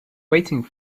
waiting